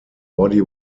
body